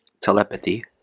Telepathy